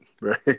right